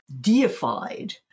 deified